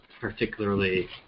particularly